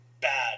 bad